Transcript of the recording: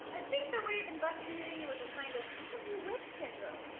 i think their way of investigating was a kind of who are you with syndrome.